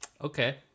Okay